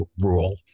rule